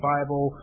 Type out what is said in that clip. Bible